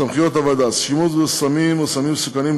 סמכויות הוועדה: שימוש בסמים וסמים מסוכנים,